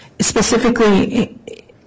Specifically